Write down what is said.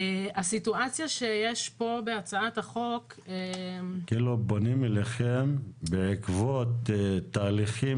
הסיטואציה שיש פה בהצעת החוק --- פונים אליכם בעקבות תהליכים